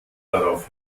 darauf